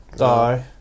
Aye